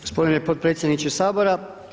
Gospodine podpredsjedniče Sabora.